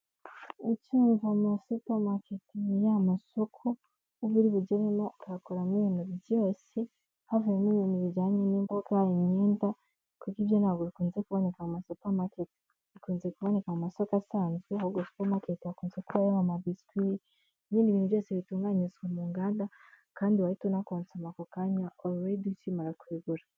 Ucyumvomo supermarket ni ya masoko uba uri bugeremo ukayakoramo ibintu byose havuyemo ibintu bijyanye n'imboga, imyenda, kurya ibyo ntabwo bikunze kuboneka mu ma super market, bikunze kuboneka amasoko asanzwe ahubwo super market hakunze kubayo ama biswi nibindi bintu byose bitunganyirizwa mu nganda kandi wahihita una konsoma ako kanya already ukimara kubigura